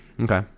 okay